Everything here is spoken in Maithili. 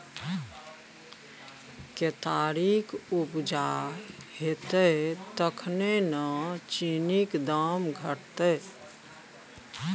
केतारीक उपजा हेतै तखने न चीनीक दाम घटतै